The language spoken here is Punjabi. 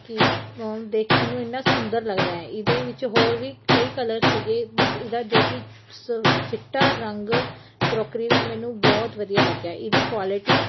ਕਿ ਦੇਖਣ ਨੂੰ ਇੰਨਾ ਸੁੰਦਰ ਲੱਗਦਾ ਇਹਦੇ ਵਿੱਚ ਹੋਰ ਵੀ ਕਈ ਕਲਰ ਸੀਗੇ ਬਟ ਇਹਦਾ ਜੋ ਕਿ ਸ ਚਿੱਟਾ ਰੰਗ ਕਰੋਕਰੀ ਦਾ ਮੈਨੂੰ ਬਹੁਤ ਵਧੀਆ ਲੱਗਿਆ ਇਹਦੀ ਕੁਆਲਿਟੀ